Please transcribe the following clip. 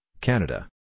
Canada